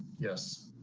yes.